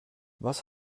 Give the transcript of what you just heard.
was